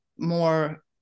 more